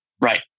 Right